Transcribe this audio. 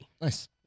Nice